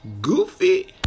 goofy